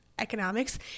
economics